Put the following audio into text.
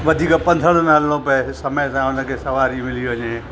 वधीक पंध न हलिणो पए समय सां हुनखे सवारी मिली वञे